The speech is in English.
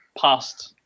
past